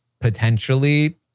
potentially